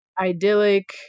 idyllic